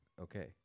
okay